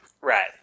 Right